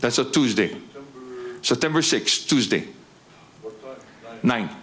that's a tuesday september sixth tuesday nine